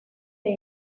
bay